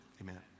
Amen